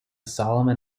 solomon